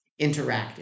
interactive